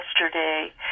yesterday